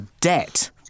debt